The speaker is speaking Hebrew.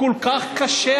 כל כך קשה,